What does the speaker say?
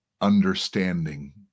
Understanding